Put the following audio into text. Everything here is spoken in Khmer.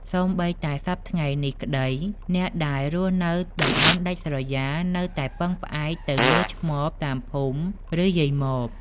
សូម្បីតែសព្វថ្ងៃនេះក្ដី អ្នកដែលរស់នៅតំបន់ដាច់ស្រយាលនៅតែពឹងផ្អែកទៅលើឆ្មបតាមភូមិ ឬ យាយម៉ប។